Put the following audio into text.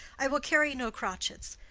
i will carry no crotchets.